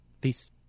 Peace